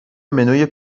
منوی